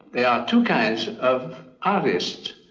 there are two kinds of artists.